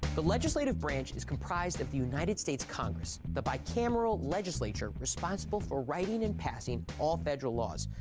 the legislative branch is comprised of the united states congress, the bicameral legislature responsible for writing and passing all federal laws,